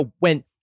went